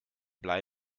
blei